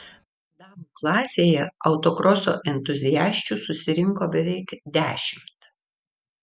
damų klasėje autokroso entuziasčių susirinko beveik dešimt